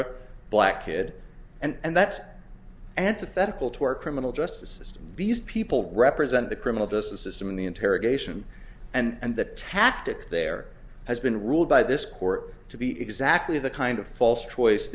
a black kid and that's antithetical to our criminal justice system these people represent the criminal justice system in the interrogation and that tactic there has been ruled by this court to be exactly the kind of false choice